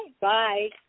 Bye